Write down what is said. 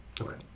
Okay